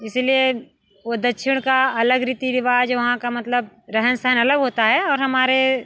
इसी लिए वो दक्षिण का अलग रीति रिवाज है वहाँ का मतलब रहन सहन अलग होता है और हमारे